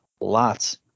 Lots